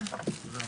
הישיבה ננעלה בשעה